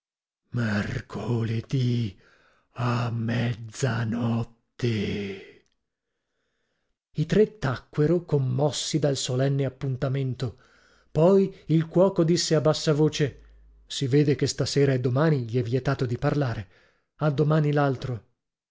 mercoledì a mezzanotte i tre tacquero commossi dal solenne appuntamento poi il cuoco disse a bassa voce si vede che stasera e domani gli è vietato di parlare a domani